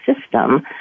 system